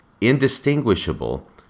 indistinguishable